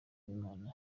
imana